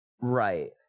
Right